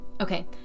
Okay